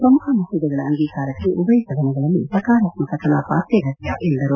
ಪ್ರಮುಖ ಮಸೂದೆಗಳ ಅಂಗೀಕಾರಕ್ಕೆ ಉಭಯ ಸದನಗಳಲ್ಲಿ ಸಕಾರಾತ್ಮಕ ಕಲಾಪ ಅತ್ಯಗತ್ಯ ಎಂದು ಹೇಳಿದರು